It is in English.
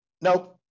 nope